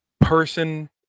person